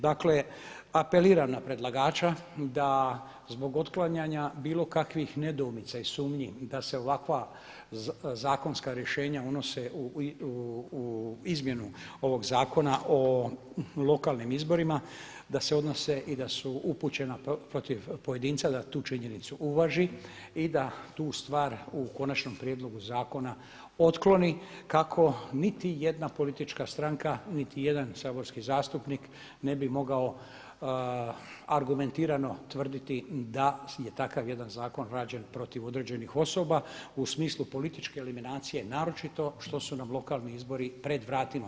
Dakle, apeliram na predlagača da zbog otklanjanja bilo kakvih nedoumica i sumnji da se ovakva zakonska rješenja unose u izmjenu ovog Zakona o lokalnim izborima, da se odnose i da su upućena protiv pojedinca da tu činjenicu uvaži i da tu stvar u konačnom prijedlogu zakona otkloni kako niti jedna politička stranka, niti jedan saborski zastupnik ne bi mogao argumentirano tvrditi da je takav jedan zakon rađen protiv određeni osoba u smislu političke eliminacije naročito što su nam lokalni izbori pred vratima.